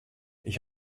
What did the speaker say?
ich